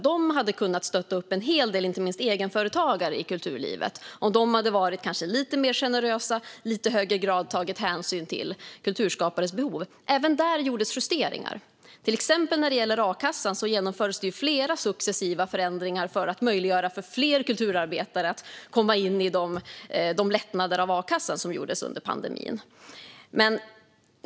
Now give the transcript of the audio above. Dessa hade kunnat stötta en hel del företagare, inte minst egenföretagare, i kulturlivet om de hade varit lite mer generösa och i lite högre grad tagit hänsyn till kulturskapares behov. Även där gjordes justeringar, till exempel när det gäller a-kassan. Där genomfördes flera successiva förändringar för att möjliggöra för fler kulturarbetare att komma in i de lättnader av a-kassan som gjordes under pandemin.